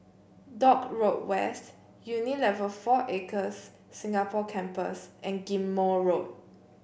Dock Road West Unilever Four Acres Singapore Campus and Ghim Moh Road